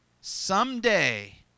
Someday